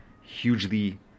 hugely